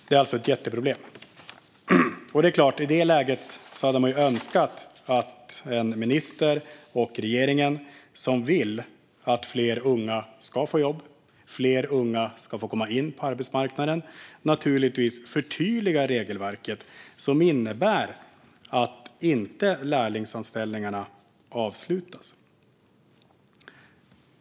Det är ett jätteproblem. I det läget hade man naturligtvis önskat att en minister och en regering som vill att fler unga ska få jobb, att fler unga ska få komma in på arbetsmarknaden, förtydligade regelverket på ett sätt som innebär att lärlingsanställningarna inte avslutas.